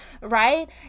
Right